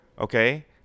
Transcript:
okay